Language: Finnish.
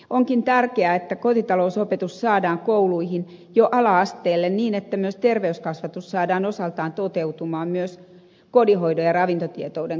onkin tärkeää että kotitalousopetus saadaan kouluihin jo ala asteelle niin että myös terveyskasvatus saadaan osaltaan toteutumaan myös kodinhoidon ja ravintotietouden kautta